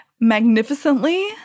magnificently